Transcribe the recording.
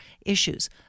issues